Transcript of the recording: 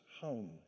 home